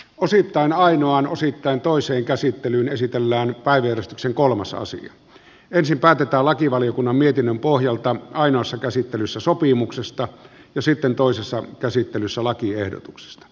osittain ainoan osittain toiseen käsittelyyn esitellään päivystyksen kolmasosan ensin päätetään lakivaliokunnan mietinnön pohjalta ainoassa käsittelyssä sopimuksesta ja sitten toisessa käsittelyssä lakiehdotuksesta